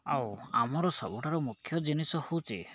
ଆଉ ଆମର ସବୁଠାରୁ ମୁଖ୍ୟ ଜିନିଷ ହେଉଛି